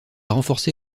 renforcé